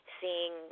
seeing